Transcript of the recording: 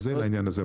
זה העניין הזה.